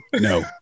No